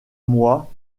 moi